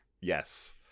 Yes